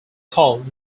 called